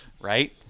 right